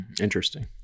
Interesting